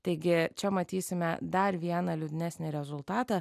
taigi čia matysime dar vieną liūdnesnį rezultatą